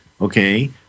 Okay